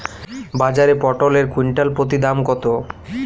বাজারে পটল এর কুইন্টাল প্রতি দাম কত?